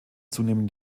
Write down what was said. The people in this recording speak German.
zunehmend